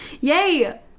Yay